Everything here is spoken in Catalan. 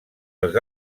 els